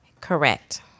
Correct